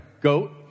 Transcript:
goat